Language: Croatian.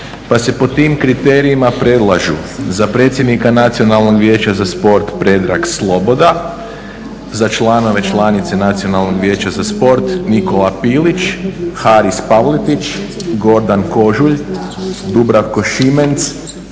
Pa se po tim kriterijima predlažu za predsjednika Nacionalnog vijeća za sport Predrag Sloboda, za članove i članice Nacionalnog vijeća za sport Nikola Pilić, Haris Pavletić, Gordan Kožulj, Dubravko Šimenc,